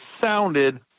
sounded